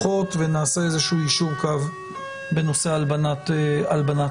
הדוחות ונעשה איזה שהוא יישור קו בנושא הלבנת הון,